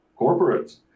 corporates